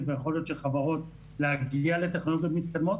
והיכולת של חברות להגיע לטכנולוגיות מתקדמות.